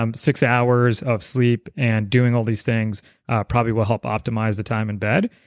um six hours of sleep and doing all these things probably will help optimize the time in bed,